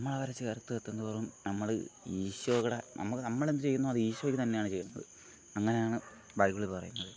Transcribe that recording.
നമ്മൾ അവരെ ചേർത്തും നിർത്തും തോറും നമ്മൾ ഈശോകളെ നമ്മൾക്ക് നമ്മൾ എന്ത് ചെയ്യുന്നോ അത് ഈശോയ്ക്ക് തന്നെയാണ് ചെയ്യുന്നത് അങ്ങനെയാണ് ബൈബിളിൽ പറയുന്നത്